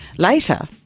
later,